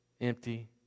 empty